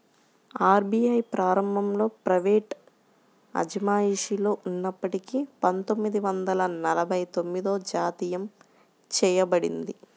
RBI ప్రారంభంలో private అజమాయిషిలో ఉన్నప్పటికీ పందొమ్మిది వందల నలభై తొమ్మిదిలో జాతీయం చేయబడింది